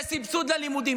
בסבסוד ללימודים,